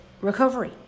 recovery